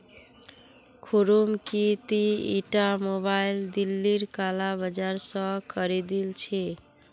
खुर्रम की ती ईटा मोबाइल दिल्लीर काला बाजार स खरीदिल छि